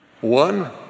One